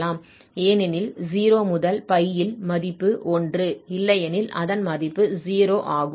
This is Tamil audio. ஏனெனில் 0 முதல் π ல் மதிப்பு 1 இல்லையெனில் அதன் மதிப்பு 0 ஆகும்